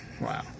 Wow